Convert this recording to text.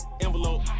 envelope